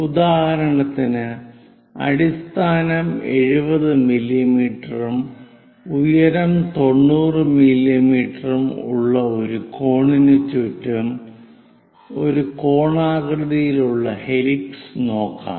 ഉദാഹരണത്തിന് അടിസ്ഥാനം 70 മില്ലീമീറ്ററും ഉയരം 90 മില്ലീമീറ്ററും ഉള്ള ഒരു കോണിന് ചുറ്റും ഒരു കോണാകൃതിയിലുള്ള ഹെലിക്സ് നോക്കാം